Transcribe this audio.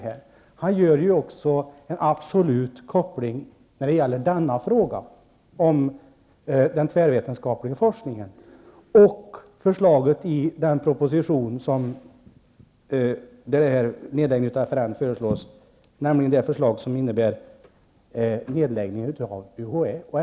Han gjorde en absolut koppling mellan frågan om den tvärvetenskapliga forskningen och förslaget om en nedläggning av UHÄ, som finns med i den proposition där man föreslår en nedläggning av FRN.